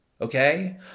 Okay